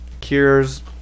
Cures